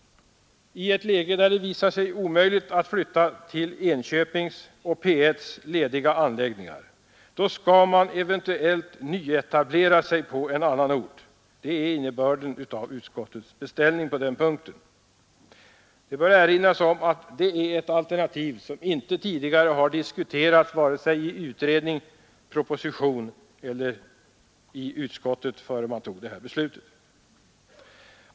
I ett läge där det visar sig omöjligt att flytta till Enköping och P 1:s lediga anläggningar, skall man eventuellt nyetablera sig på annan ort. Det är innebörden i utskottets beställning på denna punkt. Det bör erinras om att detta är ett alternativ, som tidigare inte diskuterats vare sig i utredning, proposition eller utskott.